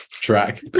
track